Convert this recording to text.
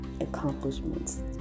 accomplishments